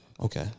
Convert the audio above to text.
Okay